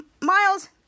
Miles